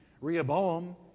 Rehoboam